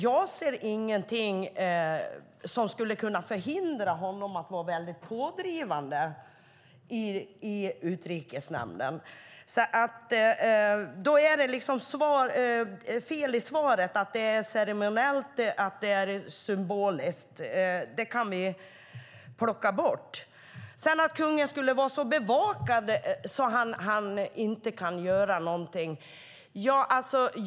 Jag ser ingenting som skulle kunna förhindra honom att vara väldigt pådrivande i Utrikesnämnden. Då är det liksom fel i svaret, att det är ceremoniellt, att det är symboliskt. Det kan vi plocka bort. Sedan skulle kungen vara så bevakad att han inte kan göra någonting.